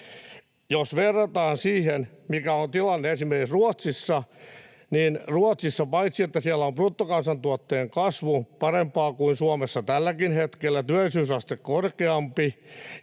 Jos verrataan siihen, mikä on tilanne esimerkiksi Ruotsissa, niin paitsi että siellä on bruttokansantuotteen kasvu parempaa kuin Suomessa tälläkin hetkellä, työllisyysaste korkeampi